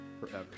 forever